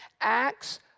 Acts